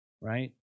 right